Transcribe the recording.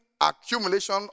accumulation